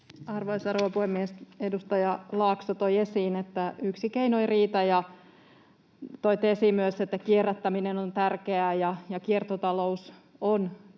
rouva puhemies! Edustaja Laakso toi esiin, että yksi keino ei riitä, ja toitte esiin myös, että kierrättäminen on tärkeää ja kiertotalous on tärkeää.